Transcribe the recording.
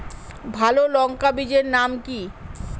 ভালো লঙ্কা বীজের নাম কি?